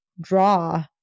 draw